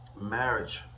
Marriage